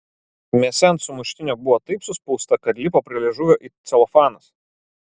mėsa ant sumuštinio buvo taip suspausta kad lipo prie liežuvio it celofanas